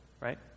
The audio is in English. right